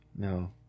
No